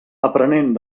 aprenent